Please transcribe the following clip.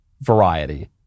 variety